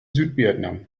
südvietnam